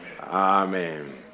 Amen